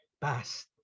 past